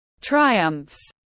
triumphs